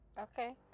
Okay